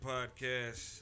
Podcast